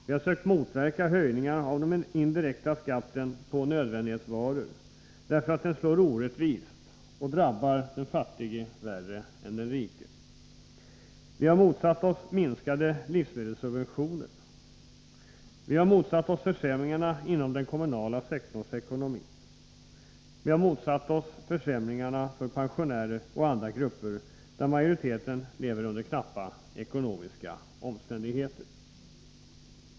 Vi har sökt motverka höjningar av den indirekta skatten på nödvändighetsvaror, därför att den slår orättvist och drabbar den fattige värre än den rike. Vi har motsatt oss minskade livsmedelssubventioner. Vi har motsatt oss försämringarna inom den kommunala sektorns ekonomi. Vi har motsatt oss försämringar för pensionärer och andra grupper, där majoriteten lever i knappa ekonomiska omständigheter.